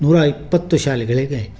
ನೂರ ಇಪ್ಪತ್ತು ಶಾಲೆಗಳಿಗೆ